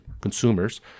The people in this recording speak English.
consumers